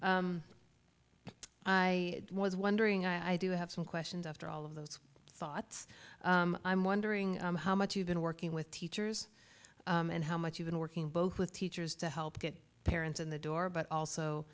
i was wondering i do have some questions after all of those thoughts i'm wondering how much you've been working with teachers and how much you've been working both with teachers to help get parents in the door but also